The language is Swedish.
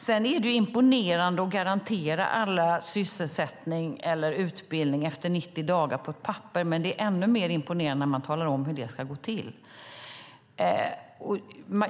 Det är imponerande att garantera alla sysselsättning eller utbildning efter 90 dagar på ett papper, men det är ännu mer imponerande när man talar om hur det ska gå till.